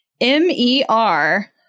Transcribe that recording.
M-E-R